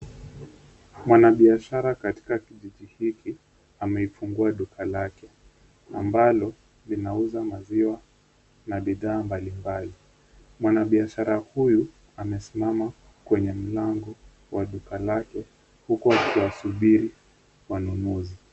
Mwanabiashara katika kijiji hiki, ameifungua duka lake ambalo linauza maziwa na bidhaa mbalimbali. Mwanabiashara huyu amesimama kwenye mlango wa duka lake huku akiwasubiri wanunuzi.